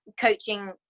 coaching